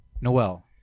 Noel